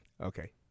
Okay